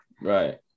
Right